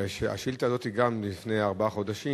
גם השאילתא הזאת היא מלפני ארבעה חודשים.